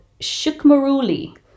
shukmaruli